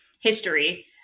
history